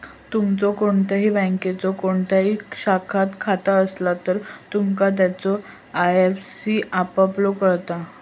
तुमचो कोणत्याही बँकेच्यो कोणत्याही शाखात खाता असला तर, तुमका त्याचो आय.एफ.एस.सी आपोआप कळता